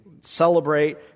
celebrate